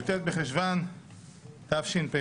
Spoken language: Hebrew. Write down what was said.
י"ט בחשון התשפ"ב,